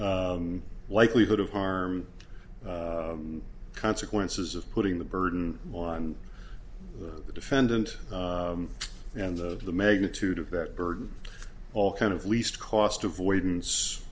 your likelihood of harm consequences of putting the burden on the defendant and the magnitude of that burden all kind of least cost avoidance